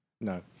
No